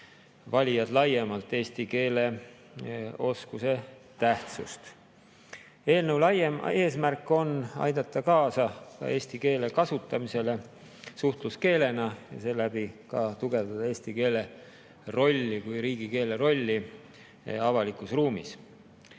valijad laiemalt eesti keele oskust. Eelnõu laiem eesmärk on aidata kaasa eesti keele kasutamisele suhtluskeelena ja seeläbi ka tugevdada eesti keele kui riigikeele rolli avalikus ruumis.